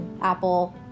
apple